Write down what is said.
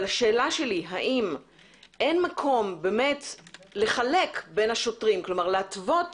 האם אין מקום לחלק בין השוטרים להתוות